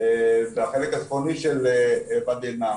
בחלק הצפוני של ואדי אל נאם.